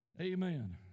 amen